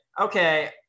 okay